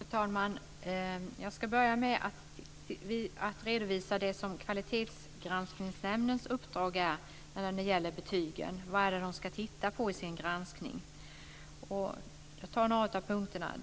Fru talman! Jag ska börja med att redovisa det som Kvalitetsgranskningsnämndens uppdrag är när det gäller betygen, vad det är de ska titta på i sin granskning. Jag nämner några av punkterna.